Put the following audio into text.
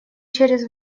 через